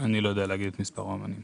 אני לא יודע להגיד את מספר האמנים.